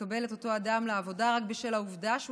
לקבל את אותו אדם לעבודה רק בשל העובדה שהוא